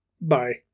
Bye